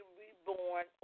reborn